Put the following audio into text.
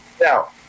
now